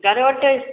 घर वटि